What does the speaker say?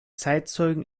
zeitzeugen